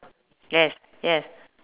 yes yes